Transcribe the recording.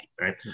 right